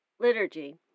liturgy